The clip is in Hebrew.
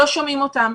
לא שומעים אותם.